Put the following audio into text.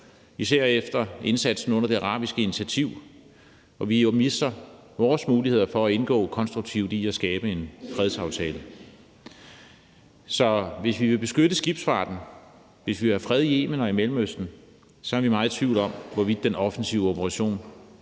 især efter indsatsen under Det Arabiske Initiativ. Der misser vi jo vores muligheder for at indgå konstruktivt i arbejdet med at skabe en fredsaftale. Hvis vi vil beskytte skibsfarten, og hvis vi vil have fred i Yemen og i Mellemøsten, er vi meget i tvivl om, hvorvidt den offensive operation